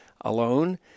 alone